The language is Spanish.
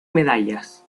medallas